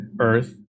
earth